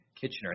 Kitchener